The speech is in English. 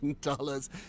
dollars